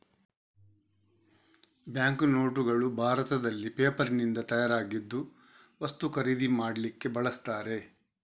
bank ನೋಟುಗಳು ಭಾರತದಲ್ಲಿ ಪೇಪರಿನಿಂದ ತಯಾರಾಗಿದ್ದು ವಸ್ತು ಖರೀದಿ ಮಾಡ್ಲಿಕ್ಕೆ ಬಳಸ್ತಾರೆ